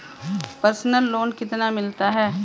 Personal loan कितना मिलता है?